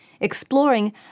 exploring